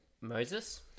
Moses